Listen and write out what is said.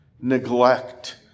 neglect